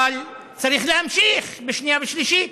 אבל צריך להמשיך בשנייה ושלישית.